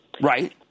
Right